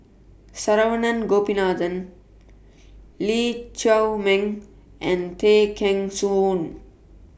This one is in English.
Saravanan Gopinathan Lee Chiaw Meng and Tay Kheng Soon